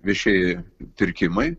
viešieji pirkimai